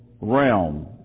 realm